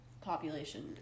population